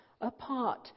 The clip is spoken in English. apart